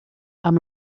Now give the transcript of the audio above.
amb